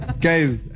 guys